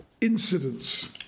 incidents